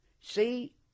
See